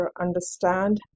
understand